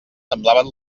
semblaven